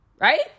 right